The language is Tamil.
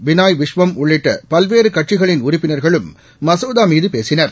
பினோய் விஷ்வம் உள்ளிட்ட பல்வேறு கட்சிகளின் உறுப்பினர்களும் மசோதாமீது பேசினர்